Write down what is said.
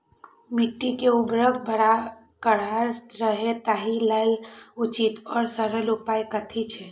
मिट्टी के उर्वरकता बरकरार रहे ताहि लेल उचित आर सरल उपाय कथी छे?